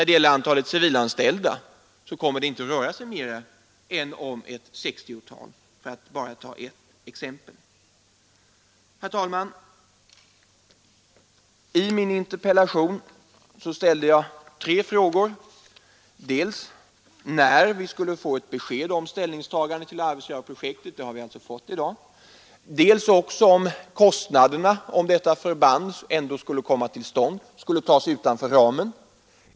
Det kommer inte att röra sig om mer än ett 60-tal civilanställda — för att bara ta ett exempel. Herr talman! I min interpellation ställde jag tre frågor. Till att börja med frågade jag när vi skulle få ett besked om ställningstagande till Arvidsjaurprojektet. Det har vi alltså fått i dag. Vidare frågade jag om kostnaderna — om detta förband ändå skulle komma till stånd — skulle tas utanför ramen.